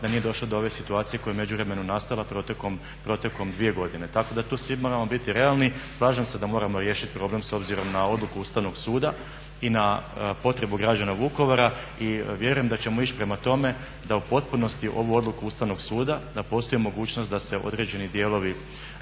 da nije došlo do ove situacije koja je u međuvremenu nastala protekom 2 godine. Tako da tu svi moramo biti realni. Slažem se da moramo riješiti problem s obzirom na odluku Ustavnog suda i na potrebu građana Vukovara i vjerujem da ćemo ići prema tome da u potpunosti ovu odluku Ustavnog suda, da postoji mogućnost da se određeni dijelovi